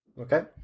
Okay